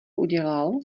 udělal